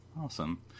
Awesome